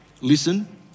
Listen